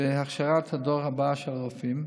בהכשרת הדור הבא של הרופאים,